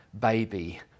baby